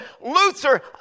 Luther